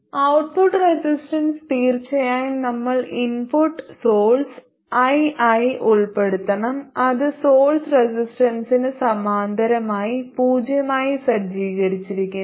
output resistance തീർച്ചയായും നമ്മൾ input source ii ഉൾപ്പെടുത്തണം അത് സോഴ്സ് റെസിസ്റ്റൻസിന് സമാന്തരമായി പൂജ്യമായി സജ്ജീകരിച്ചിരിക്കുന്നു